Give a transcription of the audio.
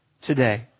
today